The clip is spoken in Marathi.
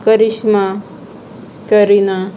करिश्मा करीना